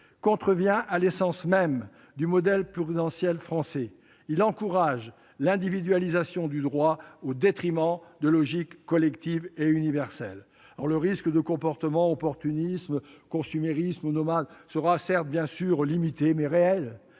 dans leur essence même, au modèle prudentiel français. Elles encouragent l'individualisation du droit au détriment de logiques collectives et universelles. Le risque de comportements opportunistes, consuméristes ou nomades sera bien sûr limité, mais non